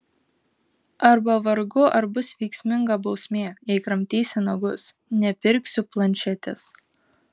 arba vargu ar bus veiksminga bausmė jei kramtysi nagus nepirksiu planšetės